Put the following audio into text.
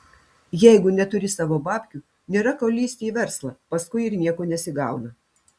jeigu neturi savo babkių nėra ko lįsti į verslą paskui ir nieko nesigauna